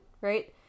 right